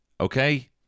okay